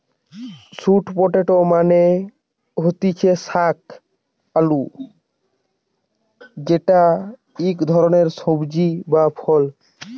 sweet potato মানে হতিছে শাক আলু যেটা ইক ধরণের সবজি বা ফল